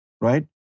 right